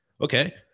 Okay